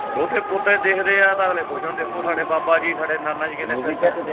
ਦੋਹਤੇ ਪੋਤੇ ਦੇਖਦੇ ਹੈ ਤਾਂ ਅਗਲੇ ਖੁਸ਼ ਹੁੰਦੇ ਦੇਖੋ ਸਾਡੇ ਬਾਬਾ ਜੀ ਸਾਡੇ ਨਾਨਾ ਜੀ ਕਿੰਨੇ ਫਿਟ ਹੈ